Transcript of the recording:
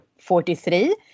43